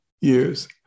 years